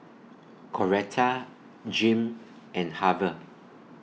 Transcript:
Coretta Jim and Harve